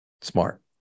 smart